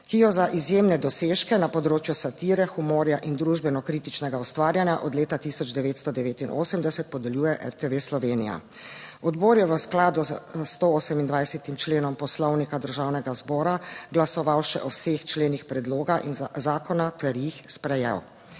ki jo za izjemne dosežke na področju satire, humorja in družbeno kritičnega ustvarjanja od leta 1989 podeljuje RTV Slovenija. Odbor je v skladu s 128. členom Poslovnika Državnega zbora glasoval še o vseh členih predloga zakona ter jih sprejel.